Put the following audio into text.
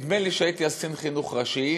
נדמה לי שהייתי אז קצין חינוך ראשי,